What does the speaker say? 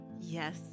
Yes